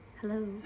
Hello